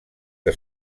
que